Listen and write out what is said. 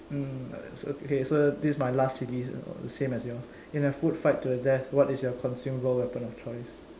mm okay so this is my last silly the same as yours in a food fight to your death what is your consumable weapon of choice